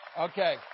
Okay